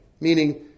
meaning